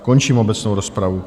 Končím obecnou rozpravu.